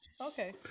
Okay